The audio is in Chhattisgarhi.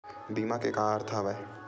बीमा के का अर्थ हवय?